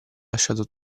lasciato